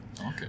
Okay